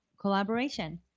Collaboration